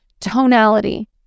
tonality